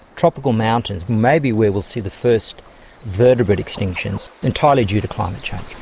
tropical mountains may be where we'll see the first vertebrate extinctions, entirely due to climate change,